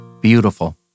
Beautiful